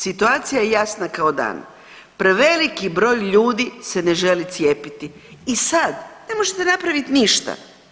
Situacija je jasna kao dan, preveliki broj ljudi se ne želi cijepiti i sad ne možete napravit ništa.